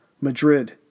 Madrid